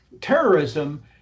terrorism